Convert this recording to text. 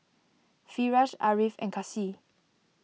Firash Ariff and Kasih